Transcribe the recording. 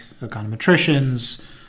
econometricians